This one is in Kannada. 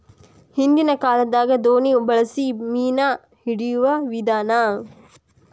ಹಿಂದಿನ ಕಾಲದಾಗ ದೋಣಿ ಬಳಸಿ ಮೇನಾ ಹಿಡಿಯುವ ವಿಧಾನಾ